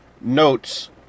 notes